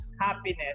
happiness